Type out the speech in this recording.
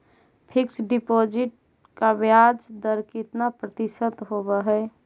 Fix deposit का ब्याज दर कितना प्रतिशत होब है?